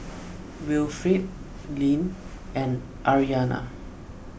Wilfrid Lynn and Ariana